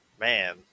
Man